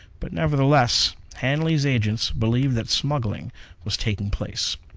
but nevertheless hanley's agents believed that smuggling was taking place.